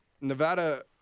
Nevada